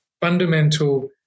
fundamental